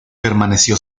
permaneció